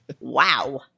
wow